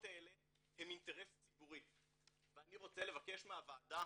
האלה הן אינטרס ציבורי ואני רוצה לבקש מהוועדה